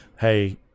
hey